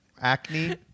Acne